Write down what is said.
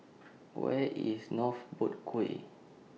Where IS North Boat Quay